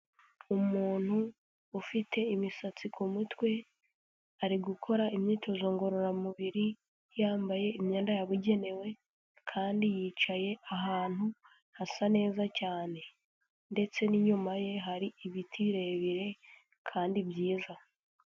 Umuntu ufite imisatsi ku mutwe, ari gukora imyitozo ngororamubiri, yambaye imyenda yabugenewe kandi yicaye ahantu hasa neza cyane. Ndetse n'inyuma ye, hari ibiti birebire kandi byiza.